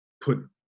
put